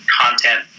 content